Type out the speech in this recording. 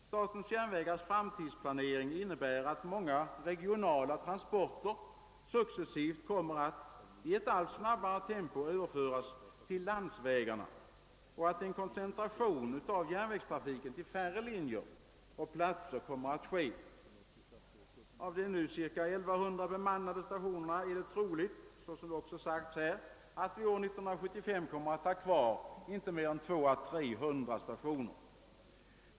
Statens järnvägars framtidsplanering innebär, att många regionala transporter successivt kommer att i allt snabbare tempo överföras till landsvägarna och att en koncentration av järnvägstrafiken till färre linjer och platser kommer att ske. Av de nu cirka 1100 bemannade stationerna är det troligt att vi år 1975 kommer att ha kvar inte mer än 200 å 300 stationer.